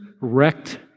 wrecked